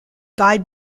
guide